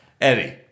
Eddie